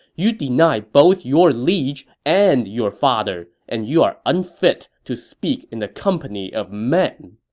you deny both your liege and your father, and you are unfit to speak in the company of men!